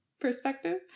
perspective